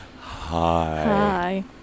Hi